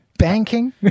Banking